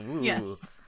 Yes